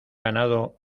ganado